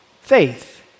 Faith